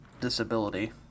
disability